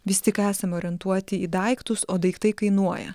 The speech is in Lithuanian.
vis tik esam orientuoti į daiktus o daiktai kainuoja